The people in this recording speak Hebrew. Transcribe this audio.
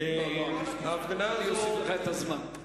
אוסיף לך את הזמן.